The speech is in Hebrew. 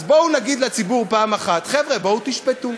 אז בואו נגיד לציבור פעם אחת: חבר'ה, בואו תשפטו.